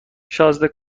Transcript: شازده